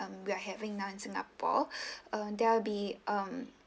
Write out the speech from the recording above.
um we are having now in singapore uh there'll be um